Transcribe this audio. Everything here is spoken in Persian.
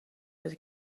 بده